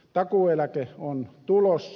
takuueläke on tulossa